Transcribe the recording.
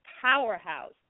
powerhouse